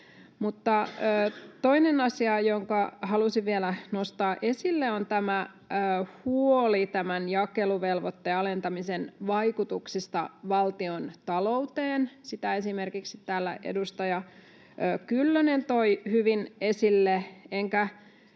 Toinen asia, jonka halusin vielä nostaa esille, on huoli jakeluvelvoitteen alentamisen vaikutuksista valtiontalouteen. Sitä esimerkiksi täällä edustaja Kyllönen toi hyvin esille, enkä